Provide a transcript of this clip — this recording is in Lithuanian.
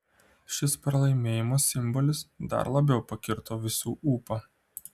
šis pralaimėjimo simbolis dar labiau pakirto visų ūpą